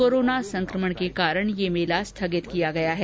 corona संक्रमण के कारण यह मेला स्थगित किया गया है